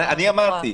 אני אמרתי.